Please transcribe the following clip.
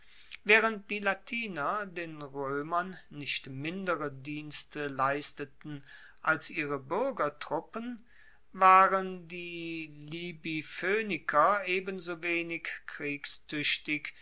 waehrend die latiner den roemern nicht mindere dienste leisteten als ihre buergertruppen waren die libyphoeniker ebensowenig